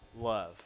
love